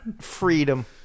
freedom